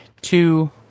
two